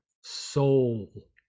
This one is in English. soul